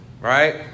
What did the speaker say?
Right